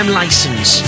license